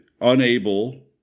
unable